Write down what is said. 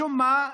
משום מה,